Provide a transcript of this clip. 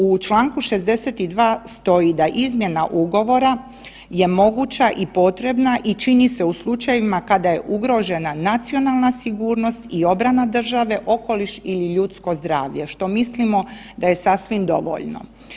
U čl. 62. stoji da izmjena ugovora je moguća i potrebna i čini se u slučajevima kada je ugrožena nacionalna sigurnost i obrana države, okoliš ili ljudsko zdravlje, što mislimo da je sasvim dovoljno.